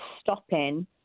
stopping